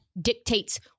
dictates